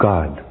God